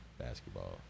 basketball